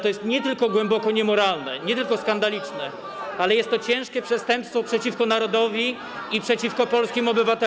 To jest nie tylko głęboko niemoralne, nie tylko skandaliczne, ale jest to ciężkie przestępstwo przeciwko narodowi i przeciwko polskim obywatelom.